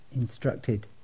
instructed